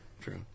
true